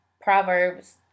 Proverbs